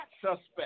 suspect